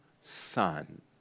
son